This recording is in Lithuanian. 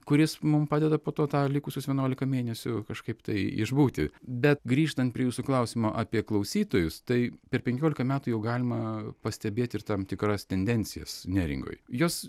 kuris mum padeda po to tą likusius vienuolika mėnesių kažkaip tai išbūti be grįžtant prie jūsų klausimo apie klausytojus tai per penkiolika metų jau galima pastebėt ir tam tikras tendencijas neringoj jos